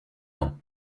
ans